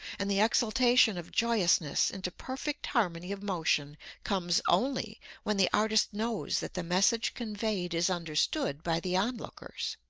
and the exaltation of joyousness into perfect harmony of motion comes only when the artist knows that the message conveyed is understood by the onlookers.